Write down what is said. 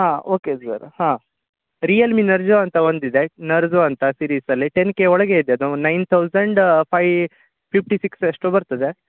ಹಾಂ okay sir ಹಾಂ Realme Narzo ಅಂತ ಒಂದಿದೆ ನರ್ಜೋ ಅಂತ ಸೀರೀಸಲ್ಲಿ ಟೆನ್ ಕೆ ಒಳಗೆ ಇದೆ ಅದು nine thousand five fifty six ಎಷ್ಟೋ ಬರ್ತದೆ